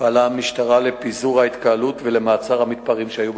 פעלה המשטרה לפיזור ההתקהלות ולמעצר המתפרעים שהיו במקום.